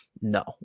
no